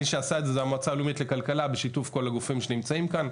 מי שעשה את זה זה המועצה הלאומית לכלכלה בשיתוף כל הגופים שנמצאים כאן,